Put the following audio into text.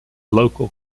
local